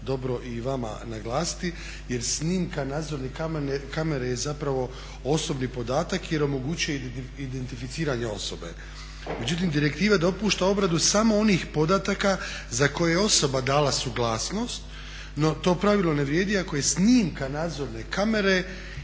dobro i vama naglasiti jer snimka nadzornih kamera je zapravo osobni podatak jer omogućuje identificiranje osobe. Međutim, direktiva dopušta obradu samo onih podataka za koje je osoba dala suglasnost no to pravilo ne vrijedi ako je snimka nadzorne kamere